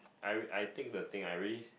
I r~ I take the thing I really